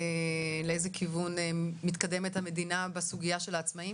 לאיזה כיוון מתקדמת המדינה בסוגיה של העצמאים?